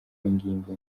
ingingo